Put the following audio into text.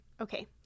Okay